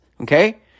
okay